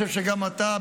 המלצה.